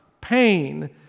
pain